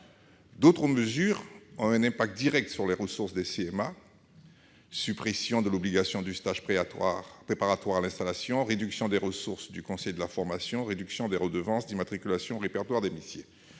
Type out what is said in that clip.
D'autres mesures ont un impact direct sur les ressources des CMA, telles que la suppression de l'obligation du stage préparatoire à l'installation, la réduction des ressources du conseil de la formation ou la réduction des redevances d'immatriculation au répertoire des métiers.